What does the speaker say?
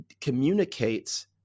communicates